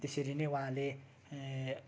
त्यसरी नै उहाँले